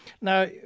Now